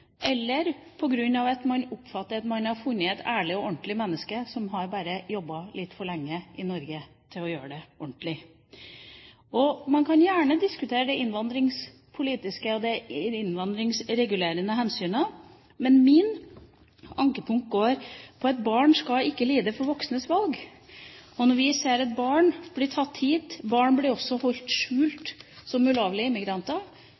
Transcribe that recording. eller på grunn av at man oppfatter det slik at man har funnet et ærlig og ordentlig menneske som bare har jobbet litt for lenge i Norge til å gjøre ting ordentlig. Man kan gjerne diskutere det innvandringspolitiske og de innvandringsregulerende hensynene, men mitt ankepunkt går på at barn ikke skal lide for voksnes valg. Når vi ser at barn blir tatt hit – barn blir også holdt skjult som ulovlige immigranter